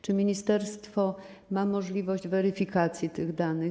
Czy ministerstwo ma możliwość weryfikacji tych danych?